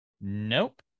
Nope